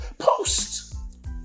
post